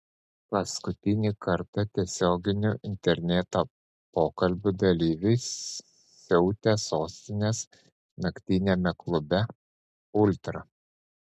paskutinį kartą tiesioginių interneto pokalbių dalyviai siautė sostinės naktiniame klube ultra